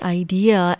idea